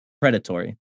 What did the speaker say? predatory